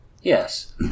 Yes